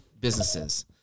businesses